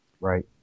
Right